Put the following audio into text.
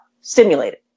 stimulated